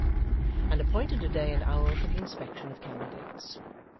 and appointed a day and hour for the inspection of candidates.